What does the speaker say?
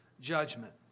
judgment